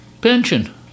pension